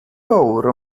fawr